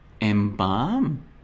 embalm